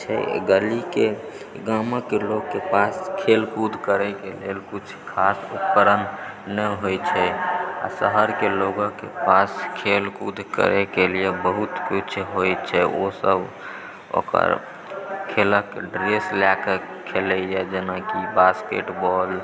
ऐ गली गामके लोगके पास खेलकूद करैके भेल किछु खास उपकरण नहि होइत छै आ शहरके लोगके पास खेलकूद करैके लिए बहुत किछु होइत छै ओ सब ओकर खेलके ड्रेस लएके खेलैए जेना कि बास्केट बॉल